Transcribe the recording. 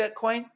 Bitcoin